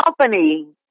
company